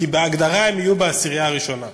כי בהגדרה הם יהיו בעשירייה הראשונה,